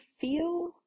feel